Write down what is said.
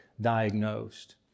diagnosed